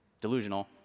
delusional